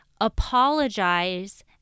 apologize